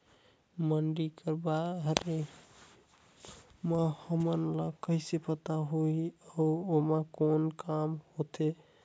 मंडी कर बारे म हमन ला कइसे पता होही अउ एमा कौन काम होथे?